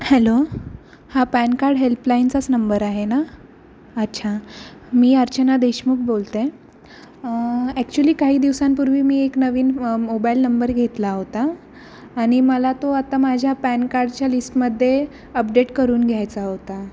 hello हा PAN card हेल्पलाईनचाच number आहे ना अच्छा मी अर्चना देशमुख बोलते ॲक्च्युली काही दिवसांपूर्वी मी एक नवीन मोबाईल नंबर घेतला होता आणि मला तो आता माझ्या पॅन कार्डच्या लिस्टमध्ये अपडेट करून घ्यायचा होता